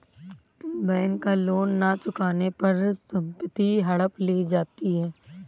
bank का loan न चुकाने पर संपत्ति हड़प ली जाती है